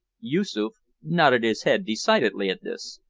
yoosoof nodded his head decidedly at this,